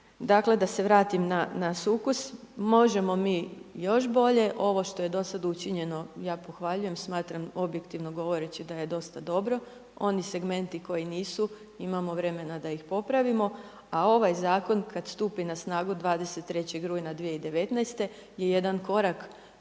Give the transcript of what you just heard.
Dakle, da se vratim na sukus. Možemo mi još bolje. Ovo što je dosad učinjeno ja pohvaljujem, smatram objektivno govoreći da je dosta dobro. Oni segmenti koji nisu, imamo vremena da ih popravimo, a ovaj Zakon kad stupi na snagu 23. rujna 2019. je jedan korak koji